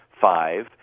five